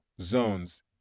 zones